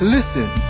Listen